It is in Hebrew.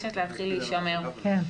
נכון.